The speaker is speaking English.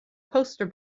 poster